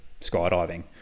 skydiving